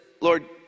Lord